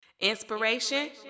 Inspiration